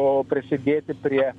o prisidėti prie